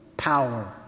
power